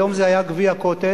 היום זה היה גביע "קוטג'".